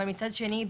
אבל מצד שני,